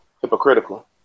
hypocritical